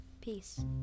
peace